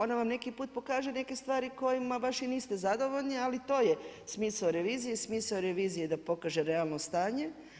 Ona vam neki put pokaže neke stvari kojima baš i niste zadovoljni, ali i to je smisao revizije i smisao revizije da pokaže da imamo stanje.